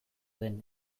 den